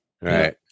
Right